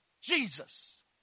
Jesus